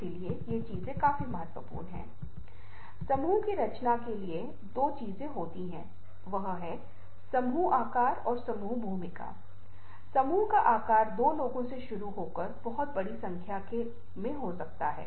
Alfred Hitchcock की फिल्मों में यदि आप क्रेडिट देख रहे हैं तो प्रारंभिक क्रेडिट तो आप पाते हैं कि यह बहुत प्रभावी रूप से पाया जा सकता है